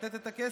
לתת את הכסף: